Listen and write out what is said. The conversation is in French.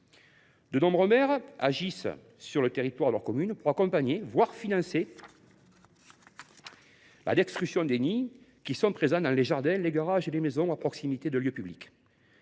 De nombreux maires agissent sur le territoire de leur commune pour accompagner, voire financer, la destruction des nids présents dans les jardins, les garages et les maisons à proximité de lieux publics.